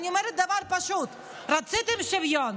ואני אומרת דבר פשוט: רציתם שוויון,